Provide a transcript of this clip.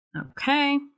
Okay